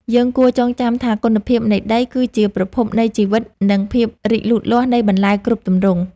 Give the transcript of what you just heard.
យើងគួរចងចាំថាគុណភាពនៃដីគឺជាប្រភពនៃជីវិត និងភាពរីកលូតលាស់នៃបន្លែគ្រប់ទម្រង់។